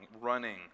running